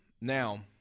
now